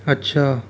अच्छा